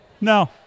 No